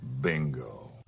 Bingo